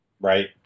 right